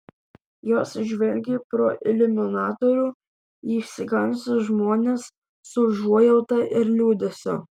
jos žvelgė pro iliuminatorių į išsigandusius žmones su užuojauta ir liūdesiu